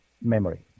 memory